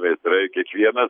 meistrai kiekvienas